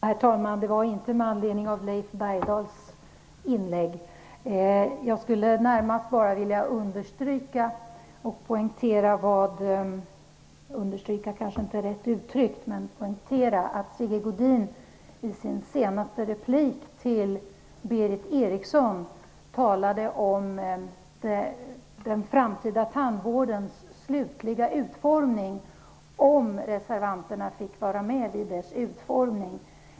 Herr talman! Det var inte med anledning av Leif Bergdahls inlägg som jag begärde ordet. Jag vill närmast bara poängtera att Sigge Godin i sin senaste replik till Berith Eriksson talade om den framtida tandvårdens slutliga utformning, om reservanterna fick vara med i dess utformning.